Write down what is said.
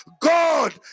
god